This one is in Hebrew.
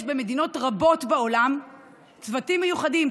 יש במדינות רבות בעולם צוותים מיוחדים,